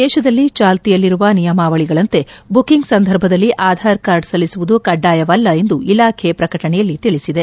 ದೇತದಲ್ಲಿ ಚಾಲ್ತಿಯಲ್ಲಿರುವ ನಿಯಮಾವಳಿಗಳಂತೆ ಬುಕಿಂಗ್ ಸಂದರ್ಭದಲ್ಲಿ ಆಧಾರ್ ಕಾರ್ಡ್ ಸಲ್ಲಿಸುವುದು ಕಡ್ಡಾಯವಲ್ಲ ಎಂದು ಇಲಾಖೆ ಪ್ರಕಟಣೆಯಲ್ಲಿ ತಿಳಿಸಿದೆ